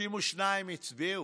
32 הצביעו,